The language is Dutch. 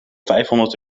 vijfhonderd